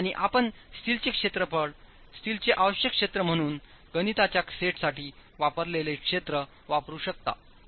आणि आपण स्टीलचे क्षेत्रफळ स्टीलचे आवश्यक क्षेत्र म्हणून गणितांच्या सेटसाठी वापरलेले क्षेत्र वापरू शकता